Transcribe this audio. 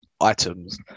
items